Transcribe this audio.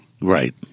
Right